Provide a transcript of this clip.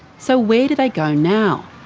so where do they go now?